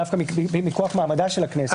דווקא מכוח מעמדה של הכנסת.